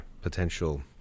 potential